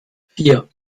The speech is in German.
vier